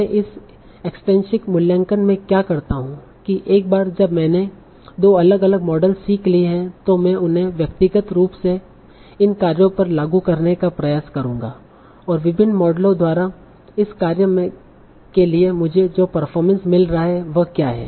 मैं इस एक्सट्रिनसिक मूल्यांकन में क्या करता हू कि एक बार जब मैंने दो अलग अलग मॉडल सीख लिए हैं तो मैं उन्हें व्यक्तिगत रूप से इन कार्यों पर लागू करने का प्रयास करूंगा और विभिन्न मॉडलों द्वारा इस कार्य के लिए मुझे जो परफॉरमेंस मिल रहा है वह क्या है